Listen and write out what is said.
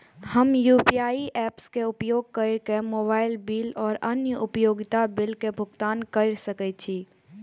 हम UPI apps के उपयोग केर के मोबाइल बिल और अन्य उपयोगिता बिल के भुगतान केर सके छी